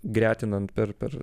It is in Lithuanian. gretinant per per